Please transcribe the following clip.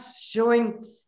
showing